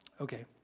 Okay